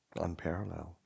unparalleled